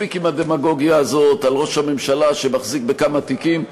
מספיק עם הדמגוגיה הזאת על ראש הממשלה שמחזיק בכמה תיקים.